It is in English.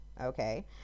okay